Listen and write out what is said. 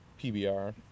PBR